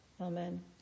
Amen